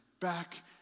back